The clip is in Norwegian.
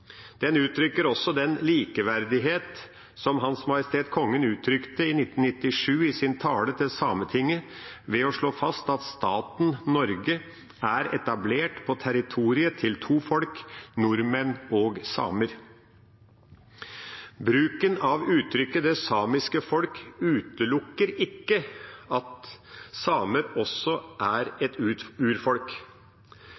Den uttrykker også den likeverdighet som Hans Majestet Kongen uttrykte i 1997 i sin tale til Sametinget ved å slå fast at staten Norge er etablert på territoriet til to folk: nordmenn og samer. Bruken av uttrykket «det samiske folk» utelukker ikke at samer også er